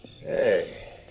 Hey